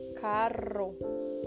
Carro